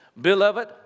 Beloved